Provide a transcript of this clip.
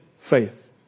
faith